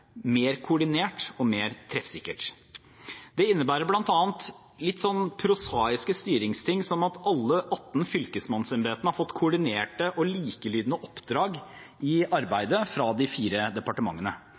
mer koordinert og mer treffsikkert. Det innebærer bl.a. litt prosaiske styringsting, som at alle de 18 fylkesmannsembetene har fått koordinerte og likelydende oppdrag i arbeidet fra de fire departementene.